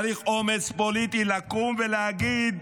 צריך אומץ פוליטי לקום ולהגיד: